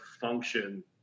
function